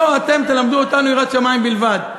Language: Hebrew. לא אתם תלמדו אותנו יראת שמים בלבד.